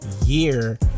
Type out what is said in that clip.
year